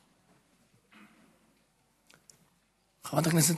כן, אדוני.